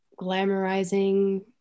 glamorizing